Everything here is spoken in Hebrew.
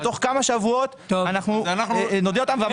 ותוך כמה שבועות אנחנו נודיע אותם.